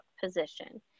position